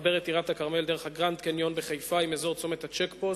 המחבר את טירת-כרמל דרך הגרנד-קניון בחיפה עם אזור צומת הצ'ק-פוסט,